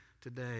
today